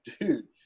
dude